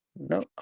no